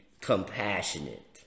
compassionate